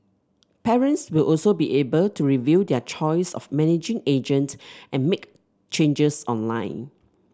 parents will also be able to review their choice of managing agent and make changes online